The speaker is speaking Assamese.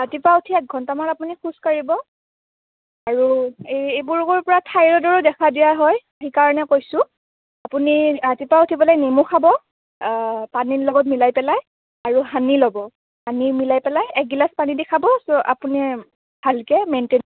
ৰাতিপুৱা উঠি এক ঘণ্টামান আপুনি খোজ কাঢ়িব আৰু এই এইবোৰৰ পৰা থাইৰয়ডৰো দেখা দিয়া হয় সেই কাৰণে কৈছোঁ আপুনি ৰাতিপুৱা উঠি পেলাই নেমু খাব পানীৰ লগত মিলাই পেলাই আৰু হানি ল'ব হানি মিলাই পেলাই এগিলাচ পানী দি খাব চ' আপুনি ভালকৈ মেইণ্টেইন